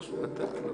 ואת